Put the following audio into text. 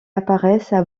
apparaissent